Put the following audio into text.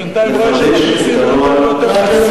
בינתיים רואים שמכניסים יותר ויותר,